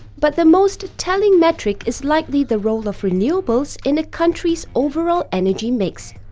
but the most telling metric is likely the role of renewables in a country's overall energy mix.